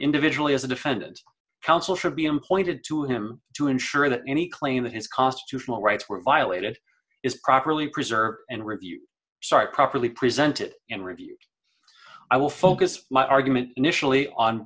individually as a defendant counsel should be i'm pointed to him to ensure that any claim that his cost juvenile rights were violated is properly preserved and review start properly presented in review i will focus my argument initially